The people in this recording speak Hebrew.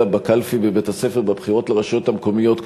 בקלפי בבית-הספר בבחירות לרשויות המקומיות.